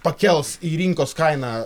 pakels į rinkos kainą